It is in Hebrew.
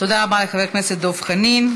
תודה רבה לחבר הכנסת דב חנין.